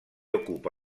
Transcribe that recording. ocupa